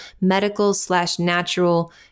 medical-slash-natural